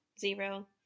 zero